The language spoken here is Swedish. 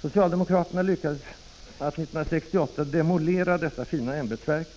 Socialdemokraterna lyckades att 1968 demolera detta fina ämbetsverk